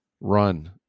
run